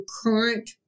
current